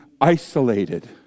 isolated